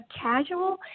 casual